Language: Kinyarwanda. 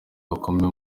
bakomeye